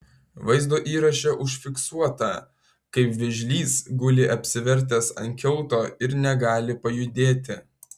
vaizdo įraše užfiksuota kaip vėžlys guli apsivertęs ant kiauto ir negali pajudėti